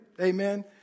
amen